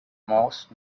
most